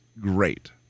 great